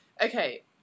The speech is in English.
Okay